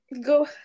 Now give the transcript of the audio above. go